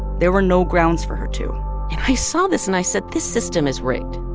there were no grounds for her to i saw this, and i said, this system is rigged.